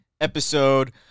episode